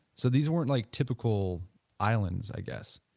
so, these weren't like typical islands i guess